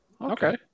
Okay